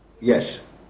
yes